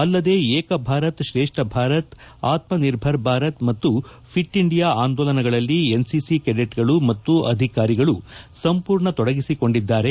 ಅಲ್ಲದೆ ಏಕಭಾರತ್ ತ್ರೇಷ್ನ ಭಾರತ್ ಆತ್ಮ ನಿರ್ಭರ್ ಭಾರತ್ ಮತ್ತು ಫಿಟ್ ಇಂಡಿಯಾ ಆಂದೋಲನಗಳಲ್ಲಿ ಎನ್ ಸಿಸಿ ಕೆಡೆಟ್ಗಳು ಮತ್ತು ಅಧಿಕಾರಿಗಳು ಸಂಪೂರ್ಣ ತೊಡಗಿಸಿಕೊಂಡಿದ್ದಾರೆ